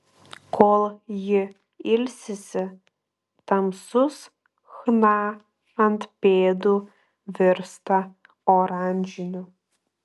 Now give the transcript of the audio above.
kol ji ilsisi tamsus chna ant pėdų virsta oranžiniu